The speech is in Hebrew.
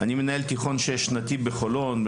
אני מנהל תיכון שש-שנתי בחולון,